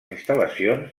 instal·lacions